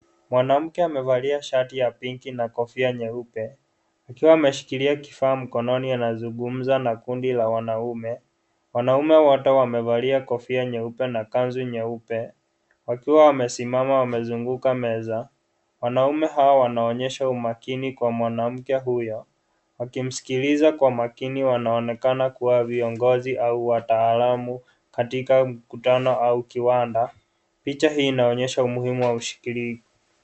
Mwanamke amevalia shati ya pinki na kofia nyeupe. Akiwa amashikilia kifaa mkononi anazungumza na kundi la wanaume. Wanaume wote wamevalia kofia nyeupe na kanzu nyeupe. Wakiwa wamesimama wamezunguka meza. Wanaume hao wanaonyesha umakini kwa mwanamke huyo. Wakimsikiliza kwa makini wanaonekana kuwa viongozi au wataalamu katika mkutano au kiwanda. Picha hii inaonyesha umuhimu wa usikilivu.